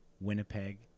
Winnipeg